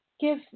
give